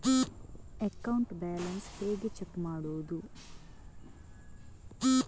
Account balance ಹೇಗೆ check ಮಾಡುವುದು?